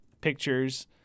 pictures